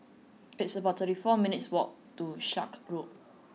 it's about thirty four minutes' walk to Sakra Road